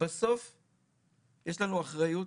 בסוף יש לנו אחריות.